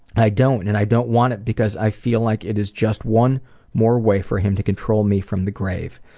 i don't, and i don't want it because i feel like it is just one more way for him to control me from the grave.